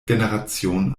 generation